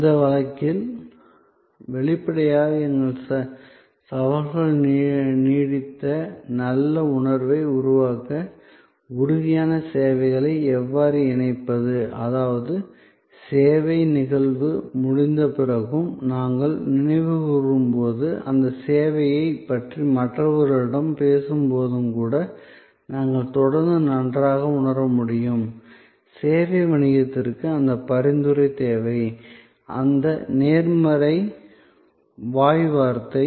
அந்த வழக்கில் வெளிப்படையாக எங்கள் சவால்கள் நீடித்த நல்ல உணர்வை உருவாக்க உறுதியான சேவைகளை எவ்வாறு இணைப்பது அதாவது சேவை நிகழ்வு முடிந்த பிறகும் நாம் நினைவுகூரும்போதும் அந்த சேவையைப் பற்றி மற்றவர்களிடம் பேசும்போதும் கூட நாம் தொடர்ந்து நன்றாக உணர முடியும் சேவை வணிகத்திற்கு அந்த பரிந்துரை தேவை அந்த நேர்மறை வாய் வார்த்தை